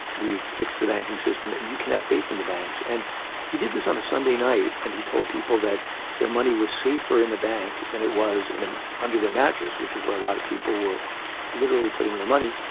we've fixed the banking system and you can have faith in the banks'. and he did this on a sunday night and he told people that their money was safer in a bank than it was ah under the mattress, which is where a lot of people were literally putting their money.